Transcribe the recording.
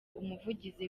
umuvugizi